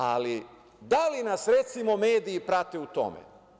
Ali, da li nas, recimo, mediji prate u tome?